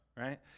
right